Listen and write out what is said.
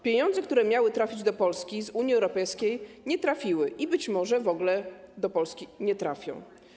Pieniądze, które miały trafić do Polski z Unii Europejskiej, nie trafiły i być może w ogóle do Polski nie trafią.